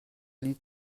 lied